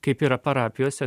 kaip yra parapijose